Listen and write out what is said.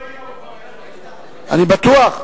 אני בטוח.